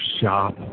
shop